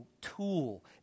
tool